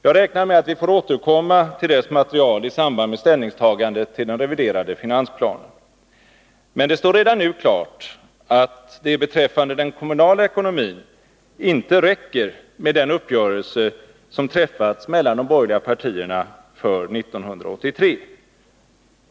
Jag räknar med att vi får återkomma till dess material i samband med ställningstagandet till den reviderade finansplanen, men det står redan nu klart att det beträffande den kommunala ekonomin inte räcker med den uppgörelse som träffats mellan de borgerliga partierna för 1983.